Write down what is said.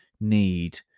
need